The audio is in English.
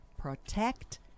protect